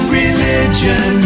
religion